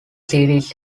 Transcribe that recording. series